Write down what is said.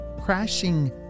crashing